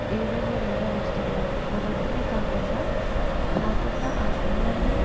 ఏవేవో రోగాలు వస్తుంటాయి అవన్నీ కాకుండా రాకుండా ఆ పిల్లలే